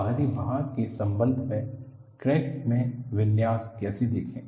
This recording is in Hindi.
बाहरी भार के संबंध में क्रैक में विन्यास कैसे देखें